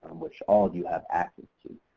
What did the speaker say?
which all of you have access to.